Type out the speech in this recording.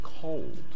cold